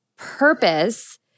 purpose